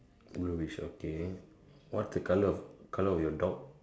wheel is okay what's the colour of colour of your dog